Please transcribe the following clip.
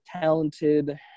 talented